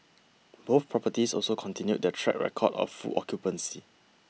both properties also continued their track record of full occupancy